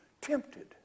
tempted